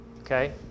okay